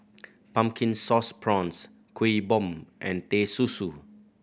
Pumpkin Sauce Prawns Kuih Bom and Teh Susu